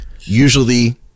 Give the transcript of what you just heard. usually